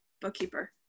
bookkeeper